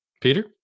Peter